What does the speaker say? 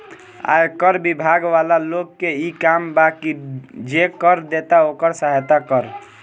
आयकर बिभाग वाला लोग के इ काम बा की जे कर देता ओकर सहायता करऽ